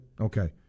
Okay